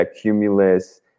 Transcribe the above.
Cumulus